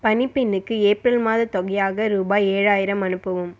பணிப்பெண்ணுக்கு April மாதத் தொகையாக ரூபாய் ஏழாயிரம் அனுப்பவும்